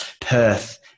Perth